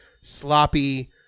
sloppy